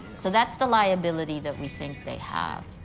so that's the liability that we think they have.